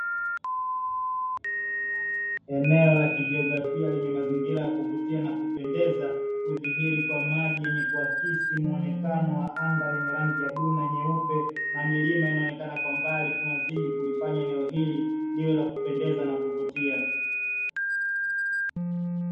Eneo la kijiografia lenye mazingira ya kuvutia na kupendeza, kudhihiri kwa maji yenye kuakisi muonekano wa anga lenye rangi ya bluu na nyeupe, na milima inaonekana kwa mbali kunazidi kulifanya eneo hili liwe la kupendeza na kuvutia.